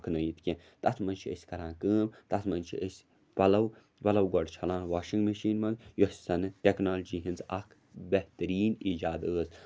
ہۄکھنٲیِتھ کینٛہہ تَتھ منٛز چھِ أسۍ کَران کٲم تَتھ منٛز چھِ أسۍ پَلَو وَلَو گۄڈٕ چھَلان واشِنٛگ مِشیٖن منٛز یۄس زَنہِٕ ٹٮ۪کنالجی ہِنٛز اَکھ بہتریٖن ایٖجاد ٲس